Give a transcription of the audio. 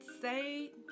say